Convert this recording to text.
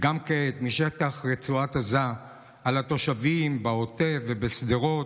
וגם כעת משטח רצועת עזה על התושבים בעוטף ובשדרות,